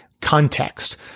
context